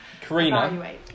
Karina